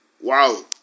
Wow